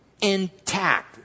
intact